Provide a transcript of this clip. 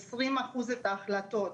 20% את ההחלטות,